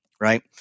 right